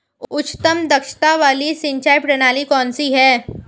उच्चतम दक्षता वाली सिंचाई प्रणाली कौन सी है?